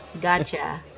Gotcha